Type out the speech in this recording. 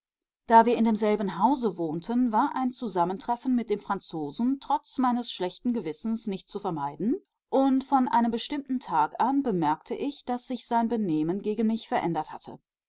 da wir in demselben hause wohnten war ein zusammentreffen mit dem franzosen trotz meines schlechten gewissens nicht zu vermeiden und von einem bestimmten tag an bemerkte ich daß sich sein benehmen gegen mich verändert hatte